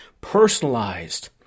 personalized